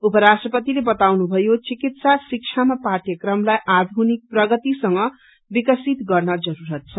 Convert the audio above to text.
उप राश्ट्रपतिले बताउनुभयो चिकित्सा शिक्षामा पाठयक्रमलाई आयुनिक प्रगतिसँग बिकसित गर्न जरूरत छ